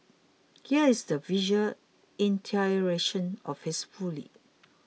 here is the visual iteration of his folly